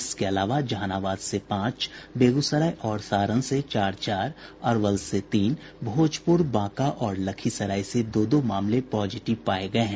इसके अलावा जहानाबाद से पांच बेगूसराय और सारण से चार चार अरवल से तीन भोजपुर बांका और लखीसराय से दो दो मामले पॉजिटिव पाये गये हैं